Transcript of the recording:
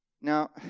Now